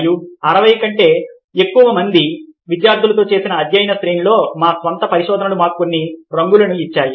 మరియు 60 కంటే ఎక్కువ మంది విద్యార్థులతో చేసిన అధ్యయన శ్రేణిలో మా స్వంత పరిశోధనలు మాకు కొన్ని రంగులను ఇచ్చాయి